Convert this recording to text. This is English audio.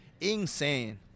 insane